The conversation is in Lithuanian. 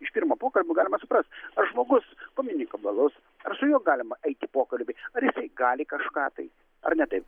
iš pirmo pokalbio galima suprast ar žmogus komunikabilus ar su juo galima eiti į pokalbį ar jisai gali kažką tai ar ne taip